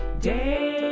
day